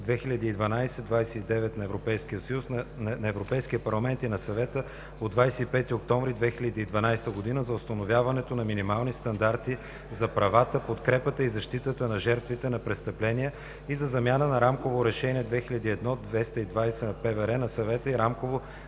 2012/29/ЕС на Европейския парламент и на Съвета от 25 октомври 2012 г. за установяване на минимални стандарти за правата, подкрепата и защитата на жертвите на престъпления и за замяна на Рамково решение 2001/220/ПВР на Съвета и Рамково